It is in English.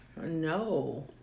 No